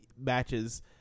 matches